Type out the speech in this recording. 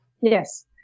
Yes